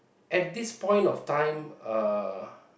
at this point of time uh